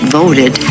voted